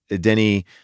Denny